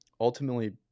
ultimately